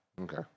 okay